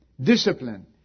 discipline